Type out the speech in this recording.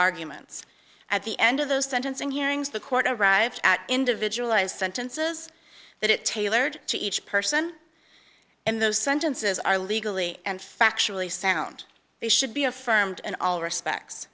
arguments at the end of those sentencing hearings the court arrived at individual eyes sentences that it tailored to each person and those sentences are legally and factually sound they should be affirmed and all respects